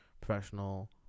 professional